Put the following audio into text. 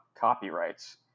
copyrights